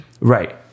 Right